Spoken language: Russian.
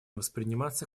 восприниматься